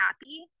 happy